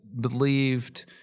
believed